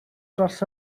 dros